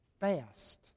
fast